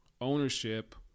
ownership